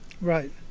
right